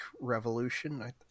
Revolution